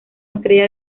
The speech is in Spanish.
estrella